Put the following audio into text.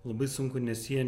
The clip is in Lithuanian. labai sunku nes jie